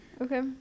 Okay